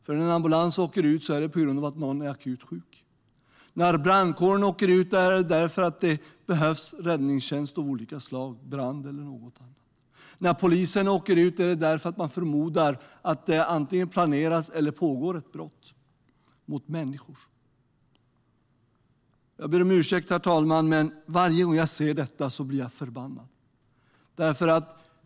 När en ambulans åker ut är det på grund av att någon är akut sjuk. När brandkåren åker ut är det för att det behövs räddningstjänst av olika slag - brand eller något annat. När polisen åker ut är det för att man förmodar att det antingen planeras eller pågår ett brott mot människor. Herr talman! Förlåt mitt ordval, men varje gång jag ser detta blir jag förbannad.